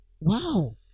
Wow